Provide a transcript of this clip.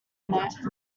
note